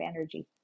energy